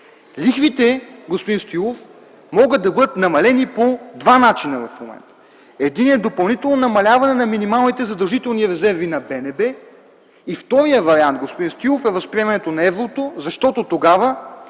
Лихвите, господин Стоилов, могат да бъдат намалени по два начина. Единият е допълнително намаляване на минималните задължителни резерви на БНБ. И вторият вариант, господин Стоилов, е възприемането на еврото. Защото тогава